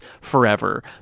forever